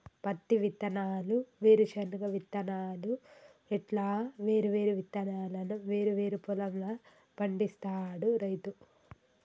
పత్తి విత్తనాలు, వేరుశన విత్తనాలు ఇట్లా వేరు వేరు విత్తనాలను వేరు వేరు పొలం ల పండిస్తాడు రైతు